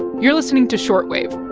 you're listening to short wave